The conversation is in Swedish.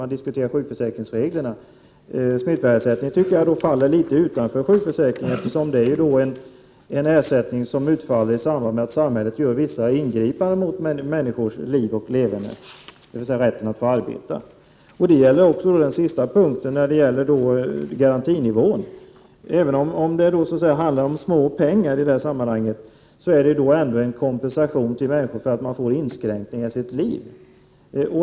Man diskuterar sjukförsäkringsreglerna, men smittbärarersättningen tycker jag faller litet utanför sjukförsäkringen, eftersom den är en ersättning som utfaller i samband med att samhället gör vissa ingripanden mot människors liv och leverne, dvs. rätten att få arbeta. Detta gäller också den sista punkten, garantinivån. Även om det handlar om små pengar i sammanhanget är det ändå en kompensation till människor för att de får inskränkningar i sitt liv.